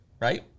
Right